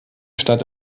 stadt